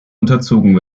unterzogen